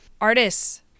Artists